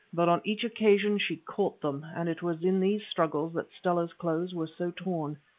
but on each occasion she caught them, and it was in these struggles that stella's clothes were so torn.